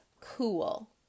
cool